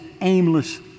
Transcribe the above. aimless